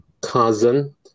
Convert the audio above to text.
cousin